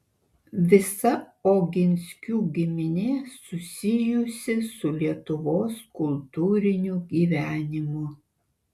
visa oginskių giminė susijusi su lietuvos kultūriniu gyvenimu